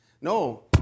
No